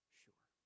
sure